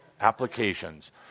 Applications